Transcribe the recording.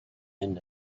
end